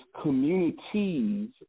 communities